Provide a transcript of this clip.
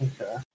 Okay